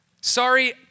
Sorry